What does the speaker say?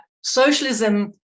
socialism